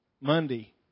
Monday